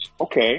okay